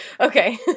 Okay